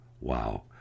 Wow